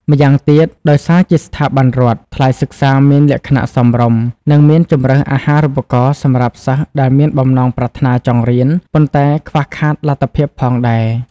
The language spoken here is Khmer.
ម្យ៉ាងទៀត ដោយសារជាស្ថាប័នរដ្ឋ ថ្លៃសិក្សាមានលក្ខណៈសមរម្យ និងមានជម្រើសអាហារូបករណ៍សម្រាប់សិស្សដែលមានបំណងប្រាថ្នាចង់រៀន ប៉ុន្តែខ្វះខាតលទ្ធភាពផងដែរ។